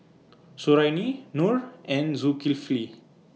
Suriani Noh and Zulkifli